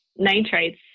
nitrites